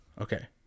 Okay